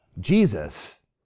Jesus